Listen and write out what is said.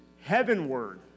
Heavenward